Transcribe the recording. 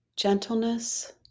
gentleness